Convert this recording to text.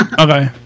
Okay